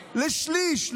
לשליש,